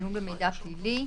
עיון במידע פלילי: